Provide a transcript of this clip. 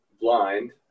blind